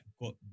got